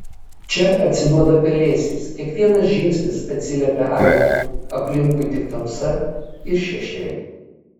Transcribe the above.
čia atsiduoda pelėsiais kiekvienas žingsnis atsiliepia aidu aplinkui tik tamsa ir šešėliai